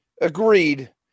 agreed